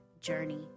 journey